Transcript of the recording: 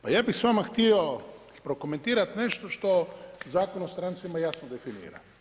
Pa ja bih sa vama htio prokomentirati nešto što Zakon o strancima jasno definira.